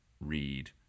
read